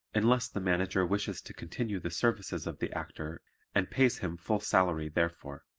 unless the manager wishes to continue the services of the actor and pays him full salary therefor.